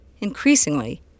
Increasingly